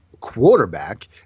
quarterback